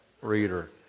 reader